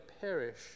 perish